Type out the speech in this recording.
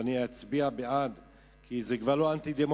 ואני אצביע בעד כי זה כבר לא אנטי-דמוקרטי.